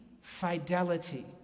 fidelity